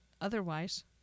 otherwise